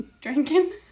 drinking